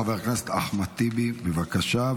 חבר הכנסת אחמד טיבי, בבקשה.